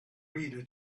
reader